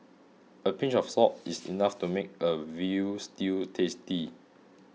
a pinch of salt is enough to make a veal stew tasty